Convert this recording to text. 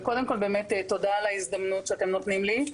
וקודם כל באמת תודה על ההזדמנות שאתם נותנים לי,